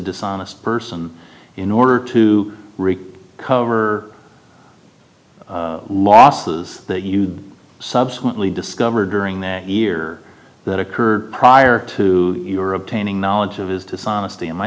dishonest person in order to wreak cover losses that you subsequently discovered during that year that occurred prior to your obtaining knowledge of his dishonesty in my